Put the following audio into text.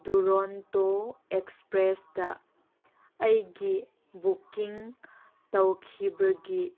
ꯗꯨꯔꯣꯟꯇꯣ ꯑꯦꯛꯁꯄ꯭ꯔꯦꯁꯇ ꯑꯩꯒꯤ ꯕꯨꯛꯀꯤꯡ ꯇꯧꯈꯤꯕꯒꯤ